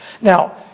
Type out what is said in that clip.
Now